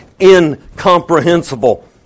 incomprehensible